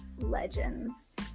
Legends